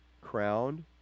crowned